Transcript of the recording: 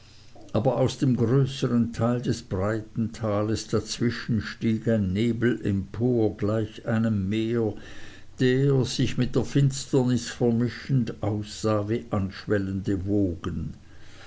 aber aus dem größeren teil des breiten tales dazwischen stieg ein nebel empor gleich einem meer der sich mit der finsternis vermischend aussah wie anschwellende wogen